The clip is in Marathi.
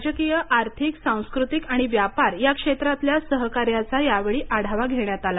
राजकीयआर्थिकसांस्कृतिक आणि व्यापार या क्षेत्रातल्या सहकार्याचा यावेळी आढावा घेण्यात आला